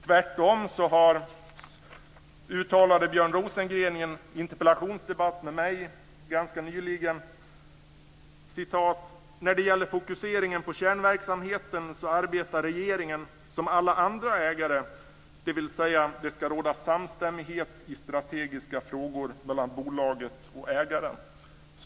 Tvärtom uttalade Björn Rosengren i en interpellationsdebatt med mig ganska nyligen följande: "När det gäller fokuseringen på kärnverksamheten arbetar regeringen som alla andra ägare, dvs. det ska råda samstämmighet i strategiska frågor mellan bolaget och ägaren."